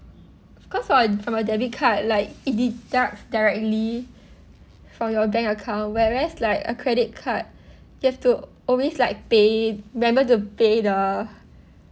because on from a debit card like it deduct directly from your bank account whereas like a credit card get to always like pay remember to pay the